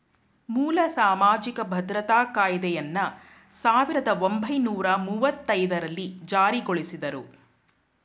ಮೂಲ ಸಾಮಾಜಿಕ ಭದ್ರತಾ ಕಾಯ್ದೆಯನ್ನ ಸಾವಿರದ ಒಂಬೈನೂರ ಮುವ್ವತ್ತಐದು ರಲ್ಲಿ ಜಾರಿಗೊಳಿಸಿದ್ರು